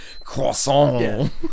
Croissant